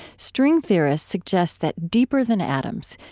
string theorists suggests that deeper than atoms,